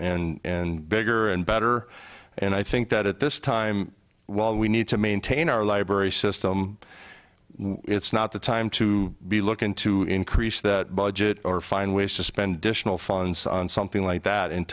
more and bigger and better and i think that at this time while we need to maintain our library system it's not the time to be looking to increase that budget or find ways to spend funds on something like that